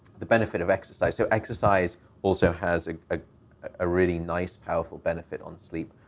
the benefit of exercise. so exercise also has a ah really nice, powerful benefit on sleep,